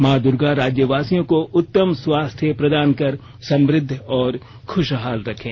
मां दूर्गा राज्यवासियों को उत्तम स्वास्थ्य प्रदान कर समुद्ध और खुशहाल रखें